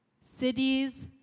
Cities